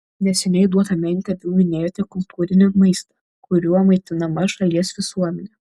neseniai duotame interviu minėjote kultūrinį maistą kuriuo maitinama šalies visuomenė